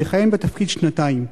ויכהן בתפקיד שנתיים.